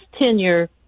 tenure